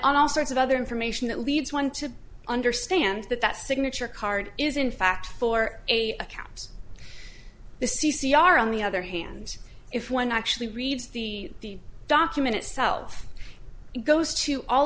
and all sorts of other information that leads one to understand that that signature card is in fact for a account the c c r on the other hand if one actually reads the document itself goes to all